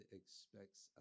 expects